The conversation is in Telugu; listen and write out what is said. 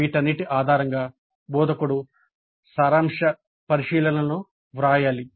వీటన్నిటి ఆధారంగా బోధకుడు సారాంశ పరిశీలనలను వ్రాయాలి